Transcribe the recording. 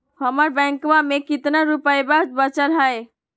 हमर बैंकवा में कितना रूपयवा बचल हई?